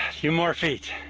few more feet.